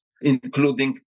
including